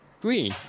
Green